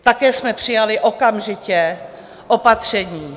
Také jsme přijali okamžitě opatření.